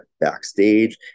backstage